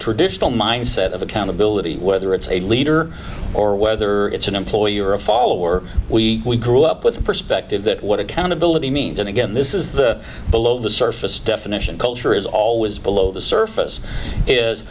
traditional mindset of accountability whether it's a leader or whether it's an employee or a follower we grew up with the perspective that what accountability means and again this is the below the surface definition culture is always below the surface is